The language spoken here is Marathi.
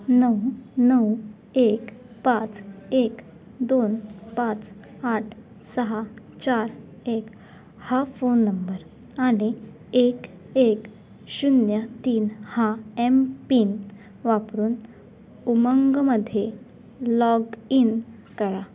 नऊ नऊ एक पाच एक दोन पाच आठ सहा चार एक हा फोन नंबर आणि एक एक शून्य तीन हा एम पिन वापरून उमंगमध्ये लॉग इन करा